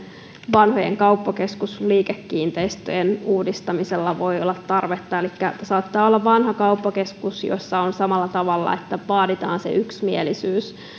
vanhojen kauppakeskusliikekiinteistöjen uudistamiselle voi olla tarvetta elikkä saattaa olla vanha kauppakeskus jossa on samalla tavalla että vaaditaan se yksimielisyys